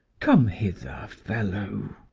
come hither, fellow.